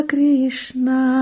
Krishna